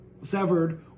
severed